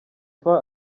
far